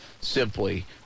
simply